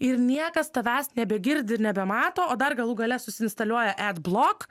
ir niekas tavęs nebegirdi ir nebemato o dar galų gale susiinstaliuoja adblock